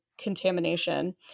contamination